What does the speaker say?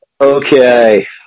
Okay